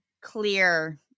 clear